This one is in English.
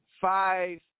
five